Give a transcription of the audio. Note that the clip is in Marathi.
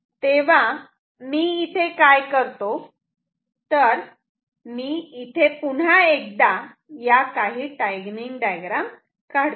तेव्हा मी इथे काय करतो तर मी इथे पुन्हा एकदा या काही टाइमिंग डायग्राम काढतो